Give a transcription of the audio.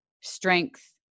strength